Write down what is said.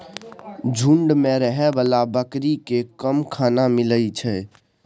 झूंड मे रहै बला बकरी केँ कम खाना मिलइ छै